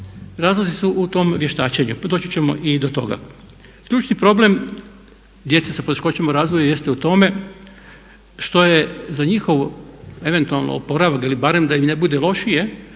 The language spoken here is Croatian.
Razlozi su u tom vještačenju. Doći ćemo i do toga. Ključni problem djece sa poteškoćama u razvoju jeste u tome što je za njihov eventualni oporavak ili barem da im ne bude lošije